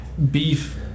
Beef